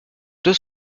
deux